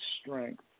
strength